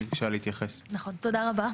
תודה רבה.